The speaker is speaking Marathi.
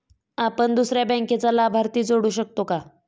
आपण दुसऱ्या बँकेचा लाभार्थी जोडू शकतो का?